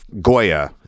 Goya